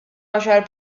għaxar